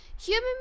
Human